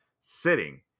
sitting